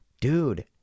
Dude